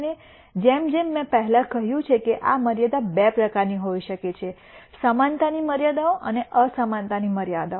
અને જેમ જેમ મેં પહેલાં કહ્યું છે કે આ મર્યાદાઓ બે પ્રકારની હોઈ શકે છે સમાનતાની મર્યાદાઓ અને અસમાનતાની મર્યાદાઓ